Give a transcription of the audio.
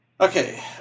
Okay